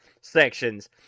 sections